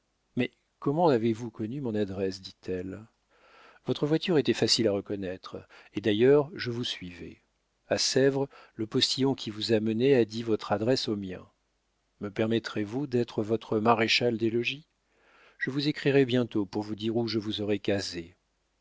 mais comment avez-vous connu mon adresse dit-elle votre voiture était facile à reconnaître et d'ailleurs je vous suivais a sèvres le postillon qui vous a menée a dit votre adresse au mien me permettrez-vous d'être votre maréchal-des-logis je vous écrirai bientôt pour vous dire où je vous aurai